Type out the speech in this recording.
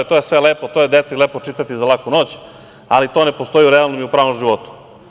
To je sve lepo, to je deci lepo čitati za laku noć, ali to ne postoji u realnom i pravom životu.